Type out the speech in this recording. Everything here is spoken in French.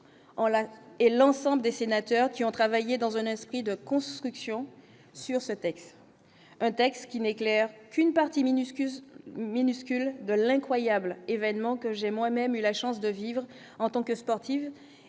et l'ensemble des sénateurs qui ont travaillé dans un esprit de construction sur ce texte, un texte qui n'est clair qu'une partie minuscule, minuscule de l'incroyable événement que j'ai moi-même eu la chance de vivre en tant que sportive